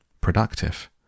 Productive